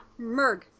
merg